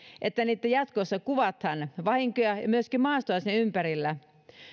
että jatkossa kuvataan näitä vahinkoja ja myöskin maastoa sen ympärillä